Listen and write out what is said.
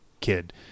kid